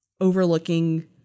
overlooking